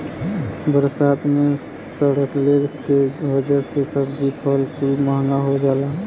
बरसात मे सड़ले के वजह से सब्जी फल कुल महंगा हो जाला